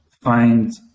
find